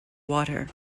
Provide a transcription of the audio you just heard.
water